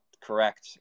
correct